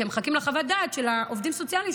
הם מחכים לחוות דעת של עובדים סוציאליים,